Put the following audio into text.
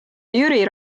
jüri